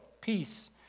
peace